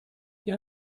ihr